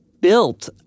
built